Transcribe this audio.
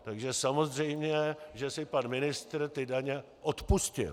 Takže samozřejmě že si pan ministr ty daně odpustil.